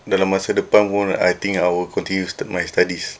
dalam masa depan pun I think will continue my studies